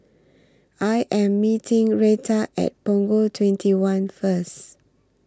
I Am meeting Reta At Punggol twenty one First